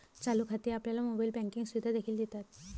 चालू खाती आपल्याला मोबाइल बँकिंग सुविधा देखील देतात